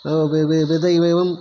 விதைகளும்